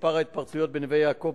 מספר ההתפרצויות בנווה-יעקב,